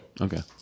Okay